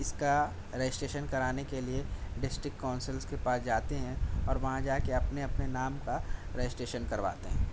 اِس کا رجسٹریشن کرانے کے لیے ڈسٹرک کونسلس کے پاس جاتے ہیں اور وہاں جا کے اپنے اپنے نام کا رجسٹریشن کرواتے ہیں